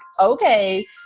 Okay